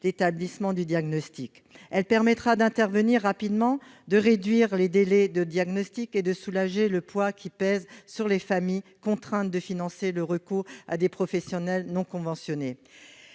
l'établissement du diagnostic. Elle permettra d'intervenir rapidement, de réduire les délais de diagnostic et de soulager le poids qui pèse sur les familles contraintes de financer le recours à des professionnels non conventionnés.